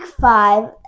Five